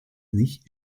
nicht